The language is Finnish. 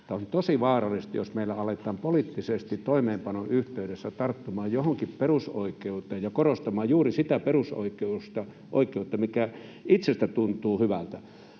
tämä on tosi vaarallista, jos meillä aletaan poliittisesti toimeenpanon yhteydessä tarttumaan johonkin perusoikeuteen ja korostamaan juuri sitä perusoikeutta, mikä itsestä tuntuu hyvältä.